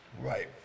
Right